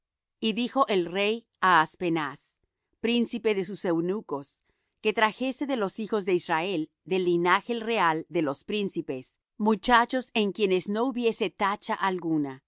y dijo el rey á aspenaz príncipe de sus eunucos que trajese de los hijos de israel del linaje real de los príncipes muchachos en quienes no hubiese tacha alguna